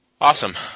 Awesome